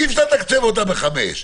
אי-אפשר לתקצב אותה ב-5 מיליון.